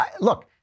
Look